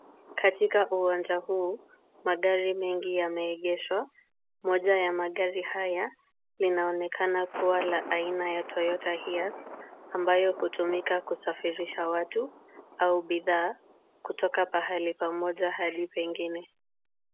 Katika uwanja huu magari mengi yameegeshwa, moja ya magari haya linaonekana kuwa la aina ya Toyota Hiace ambayo hutumika kusafirisha watu au bidhaa kutoka pahali pamoja hadi pengine.